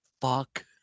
fuck